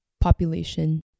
population